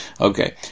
Okay